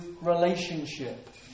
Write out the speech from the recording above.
relationship